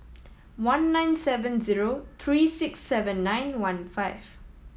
one nine seven zero three six seven nine one five